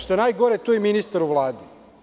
Što je najgore, tu je i ministar u Vladi.